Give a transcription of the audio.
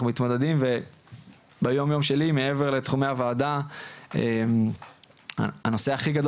מתמודדים וביומיום שלי מעבר לתחומי הוועדה הנושא הכי גדול